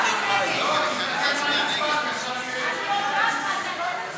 להעביר את הצעת חוק תובענות ייצוגיות (תיקון,